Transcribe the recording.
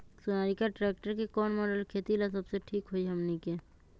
Sonalika tractor के कौन model खेती ला सबसे ठीक होई हमने की?